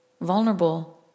vulnerable